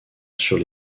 sur